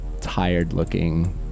tired-looking